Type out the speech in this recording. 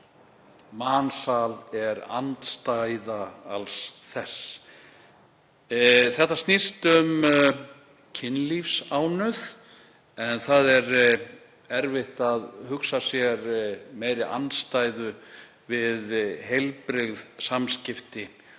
Mansal er andstaða alls þess. Þetta snýst um kynlífsánauð og það er erfitt að hugsa sér meiri andstæðu við heilbrigð samskipti en